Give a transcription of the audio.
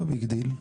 לא ביג דיל,